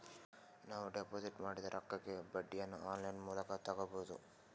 ನಾವು ಡಿಪಾಜಿಟ್ ಮಾಡಿದ ರೊಕ್ಕಕ್ಕೆ ಬಡ್ಡಿಯನ್ನ ಆನ್ ಲೈನ್ ಮೂಲಕ ತಗಬಹುದಾ?